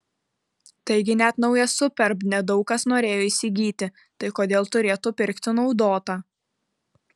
taigi net naują superb ne daug kas norėjo įsigyti tai kodėl turėtų pirkti naudotą